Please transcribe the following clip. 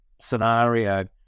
scenario